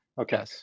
Okay